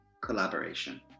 collaboration